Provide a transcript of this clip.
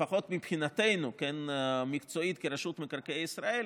לפחות מבחינתנו המקצועית כרשות מקרקעי ישראל,